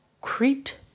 Crete